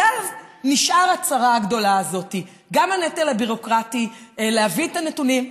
עליו נשארת הצרה הגדולה הזאת: גם הנטל הביורוקרטי להביא את הנתונים,